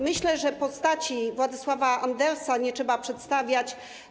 Myślę, że postaci Władysława Andersa nie trzeba przedstawiać.